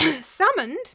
summoned